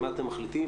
מה אתם מחליטים.